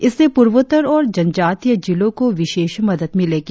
इससे पूर्वोत्तर और जनजातीय जिलों को विशेष मदद मिलेगी